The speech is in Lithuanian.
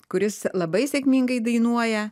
kuris labai sėkmingai dainuoja